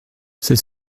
c’est